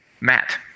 Matt